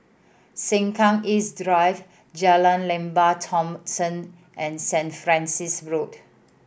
Sengkang East Drive Jalan Lembah Thomson and Saint Francis Road